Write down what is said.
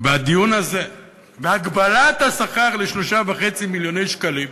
והדיון הזה והגבלת השכר ל-3.5 מיליוני שקלים,